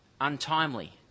untimely